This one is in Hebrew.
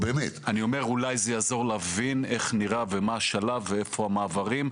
אולי זה יעזור להבין מה השלב ואיפה המעברים,